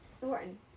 Thornton